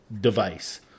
device